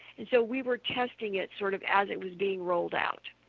and so we were testing it sort of as it was being rolled out.